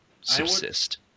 subsist